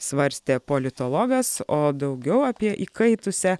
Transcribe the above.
svarstė politologas o daugiau apie įkaitusią